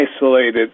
isolated